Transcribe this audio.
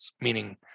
meaning